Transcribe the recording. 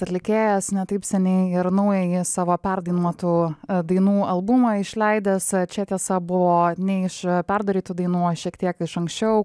atlikėjas ne taip seniai ir naująjį savo perdainuotų dainų albumą išleidęs čia tiesa buvo ne iš perdarytų dainų o šiek tiek iš anksčiau